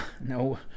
no